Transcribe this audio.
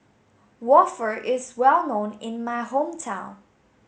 Waffle is well known in my hometown